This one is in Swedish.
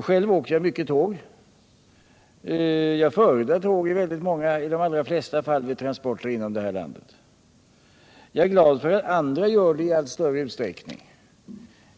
Själv åker jag mycket tåg. Jag förordar tåg i de allra flesta fall vid transporter inom det här landet. Jag också glad för att andra gör det i allt större utsträckning.